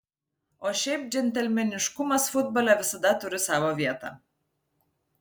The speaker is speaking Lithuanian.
o šiaip džentelmeniškumas futbole visada turi savo vietą